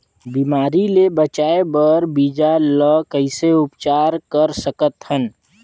बिमारी ले बचाय बर बीजा ल कइसे उपचार कर सकत हन?